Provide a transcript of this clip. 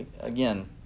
Again